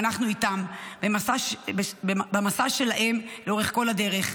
ואנחנו איתם במסע שלהם לאורך כל הדרך.